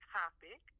topic